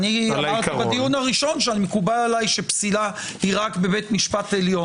הדיון הראשון שמקובל עליי שפסילה היא רק בבית משפט עליון.